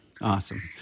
Awesome